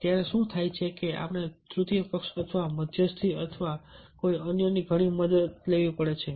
ત્યારે શું થાય છે કે આપણે તૃતીય પક્ષ અથવા મધ્યસ્થી અથવા અન્ય કોઈની ઘણી મદદ લેવી પડે છે